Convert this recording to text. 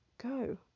go